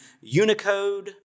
Unicode